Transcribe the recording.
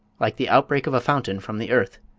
like the outbreak of a fountain from the earth,